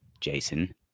Jason